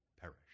perish